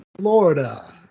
Florida